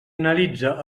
analitza